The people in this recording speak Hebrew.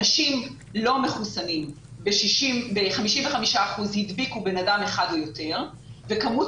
אנשים לא מחוסנים ב-55 אחוזים הדביקו בן אדם אחד או יותר וכמות